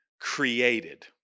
created